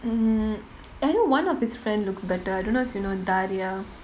mm I know one of his friend looks better I don't know if you know daria